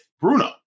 Bruno